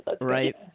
Right